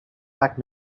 back